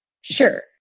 Sure